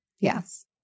Yes